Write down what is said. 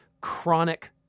chronic